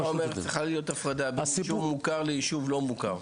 אתה אומר צריכה להיות הפרדה בין יישוב מוכר ליישוב לא מוכר.